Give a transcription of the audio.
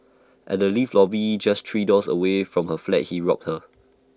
at the lift lobby just three doors away from her flat he robbed her